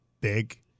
big